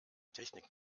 technik